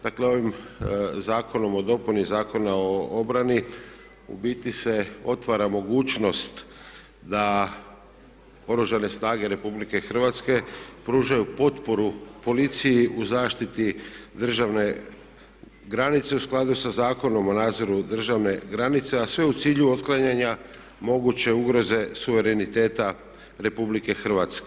Dakle ovim Zakonom o dopuni Zakona o obrani u biti se otvara mogućnost da Oružane snage Republike Hrvatske pružaju potporu policiji u zaštiti državne granice u skladu sa Zakonom o nadzoru državne granice a sve u cilju otklanjanja moguće ugroze suvereniteta Republike Hrvatske.